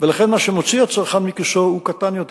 ולכן הסכום שמוציא הצרכן מכיסו הוא קטן יותר,